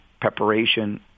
preparation